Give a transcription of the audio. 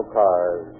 cars